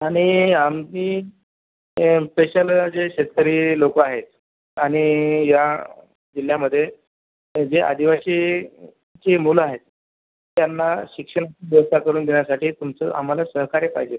आणि आम्ही हे पेशल जे शेतकरी लोक आहे आणि या जिल्ह्यामध्ये जे आदिवासी जी मुलं आहे त्यांना शिक्षण बोलता करून देण्यासाठी तुमचं आम्हाला सहकार्य पाहिजे